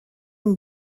une